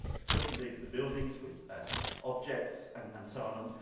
equipping the the buildings with ah objects, and and so on.